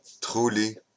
truly